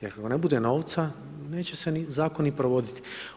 Jer ako ne bude novca, neće se ni zakoni provoditi.